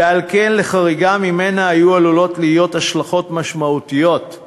ועל כן לחריגה ממנה היו עלולות להיות השלכות משמעותיות על